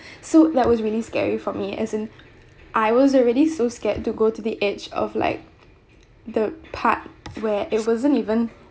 so that was really scary for me as in I was already so scared to go to the edge of like the part where it wasn't even